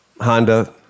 Honda